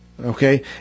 Okay